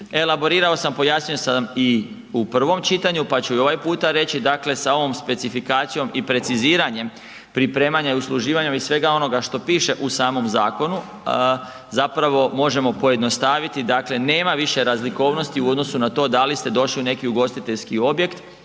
Elaborirao sam, pojasnio sam i u prvom čitanju pa ću i ovaj puta reći, dakle sa ovom specifikacijom i preciziranjem pripremanja i usluživanja i svega onoga što piše u samom zakonu, zapravo možemo pojednostaviti dakle nema više razlikovnosti u odnosu na to da li ste došli u neki ugostiteljski objekt